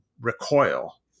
recoil